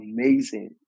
amazing